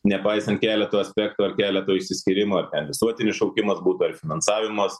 nepaisant keleto aspektų ar keleto išsiskyrimo ar ten visuotinis šaukimas būtų ar finansavimas